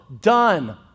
done